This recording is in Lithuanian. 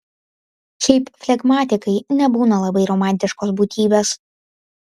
šiaip flegmatikai nebūna labai romantiškos būtybės